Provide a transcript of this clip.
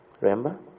Remember